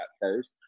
first